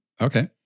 Okay